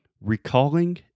recalling